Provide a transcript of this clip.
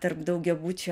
tarp daugiabučio